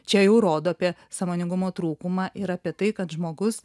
čia jau rodo apie sąmoningumo trūkumą ir apie tai kad žmogus